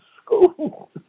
school